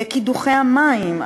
קידוחי המים,